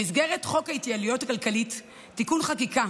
במסגרת חוק ההתייעלות הכלכלית (תיקוני חקיקה